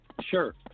Sure